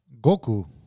Goku